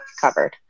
covered